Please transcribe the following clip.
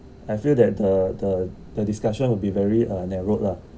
I feel that the the the discussion will be very uh narrowed lah